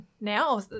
now